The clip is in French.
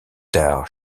tard